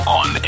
on